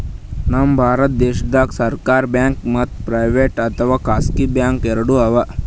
ನಮ್ ಭಾರತ ದೇಶದಾಗ್ ಸರ್ಕಾರ್ ಬ್ಯಾಂಕ್ ಮತ್ತ್ ಪ್ರೈವೇಟ್ ಅಥವಾ ಖಾಸಗಿ ಬ್ಯಾಂಕ್ ಎರಡು ಅದಾವ್